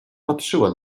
patrzyła